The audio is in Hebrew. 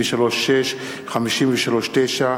53(6), 53(9)-(11),